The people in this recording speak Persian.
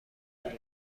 داشت